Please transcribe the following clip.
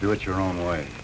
do it your own way